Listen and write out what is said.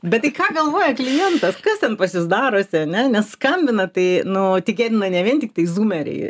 bet tai ką galvoja klientas kas ten pas jus darosi ane nes skambina tai nu tikėtina ne vien tiktai zūmeriai